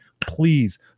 Please